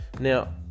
Now